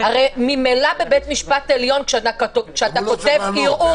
הרי ממילא בבית משפט עליון כשאתה כותב ערעור,